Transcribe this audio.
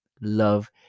Love